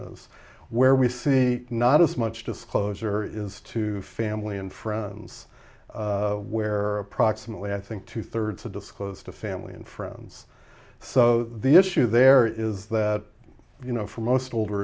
is where we see not as much disclosure is to family and friends where are approximately i think two thirds of disclose to family and friends so the issue there is that you know for most older